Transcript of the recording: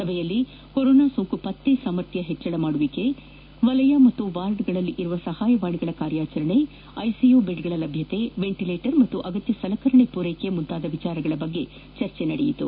ಸಭೆಯಲ್ಲಿ ಕೋರೋನಾ ಸೋಂಕು ಪತ್ತೆ ಸಾಮರ್ಥ್ಯ ಹೆಚ್ಚಿಸುವಿಕೆ ವಲಯ ಮತ್ತು ವಾರ್ಡ್ ಗಳಲ್ಲಿರುವ ಸಹಾಯವಾಣಿಗಳ ಕಾರ್ಯಾಚರಣೆ ಐಸಿಯು ಬೆಡ್ಗಳ ಲಭ್ಯತೆ ವೆಂಟಿಲೇಟರ್ ಹಾಗೂ ಅಗತ್ಯ ಸಲಕರಣೆಗಳ ಪೂರೈಕೆ ಮುಂತಾದ ವಿಚಾರಗಳ ಕುರಿತು ಚರ್ಚಿಸಲಾಯಿತು